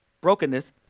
Brokenness